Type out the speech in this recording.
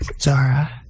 Zara